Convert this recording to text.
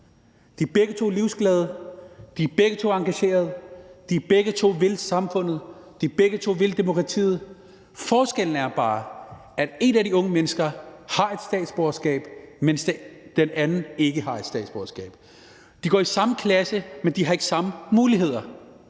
De er begge to livsglade, de er begge to engagerede, de vil begge to samfundet, de vil begge to demokratiet. Forskellen er bare, at et af de unge mennesker har et statsborgerskab, mens den anden ikke har et statsborgerskab. De går i samme klasse, men de har ikke samme muligheder.